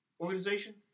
organization